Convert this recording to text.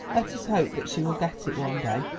let us hope that she will get it one day.